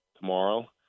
tomorrow